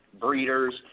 breeders